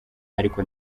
ariko